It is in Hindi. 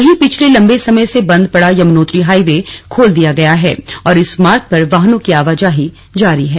वहीं पिछले लंबे समय से बंद पड़ा यमुनोत्री हाईवे खोल दिया गया है और इस मार्ग पर वाहनों की आवाजाही जारी है